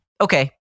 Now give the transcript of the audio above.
okay